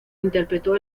interpretó